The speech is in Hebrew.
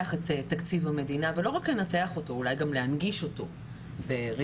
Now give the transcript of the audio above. מעבר למה שאנחנו מסוגלות לעשות ביכולות שלנו